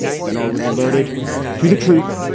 but then i was alerted to the truth.